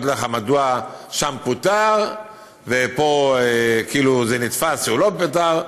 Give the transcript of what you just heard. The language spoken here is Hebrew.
לך מדוע שם פוטר ופה כאילו זה נתפס שהוא לא פוטר.